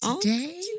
today